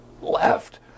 left